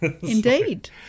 Indeed